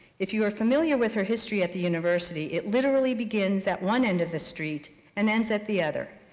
if you are familiar with her history at the university, it literally begins at one end of the street and ends at the other,